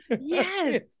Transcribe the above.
Yes